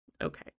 okay